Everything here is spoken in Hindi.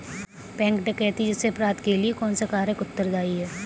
बैंक डकैती जैसे अपराध के लिए कौन से कारक उत्तरदाई हैं?